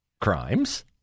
crimes